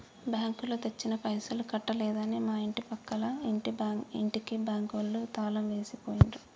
బ్యాంకులో తెచ్చిన పైసలు కట్టలేదని మా ఇంటి పక్కల ఇంటికి బ్యాంకు వాళ్ళు తాళం వేసి పోయిండ్రు